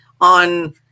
on